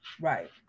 Right